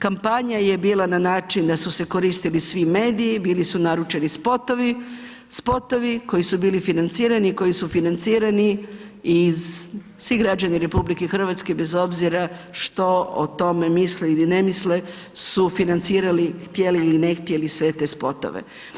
Kampanja je bila na način da su se koristili svi mediji, bili su naručeni spotovi, spotovi koji su bili financirani i koji su financirani iz, svi građani RH bez obzira što o tome misle ili ne misle su financirali, htjeli ili ne htjeli, sve te spotove.